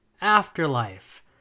afterlife